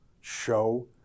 show